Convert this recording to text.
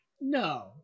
No